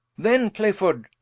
then clifford,